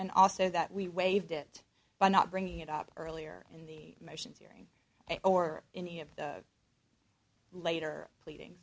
and also that we waived it by not bringing it up earlier in the motions hearing or any of the later pleading